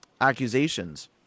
accusations